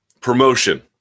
Promotion